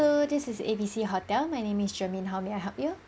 ~llo this is A B C hotel my name is germane how may I help you